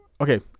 okay